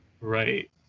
Right